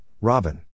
Robin